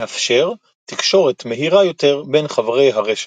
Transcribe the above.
מאפשר תקשורת מהירה יותר בין חברי הרשת.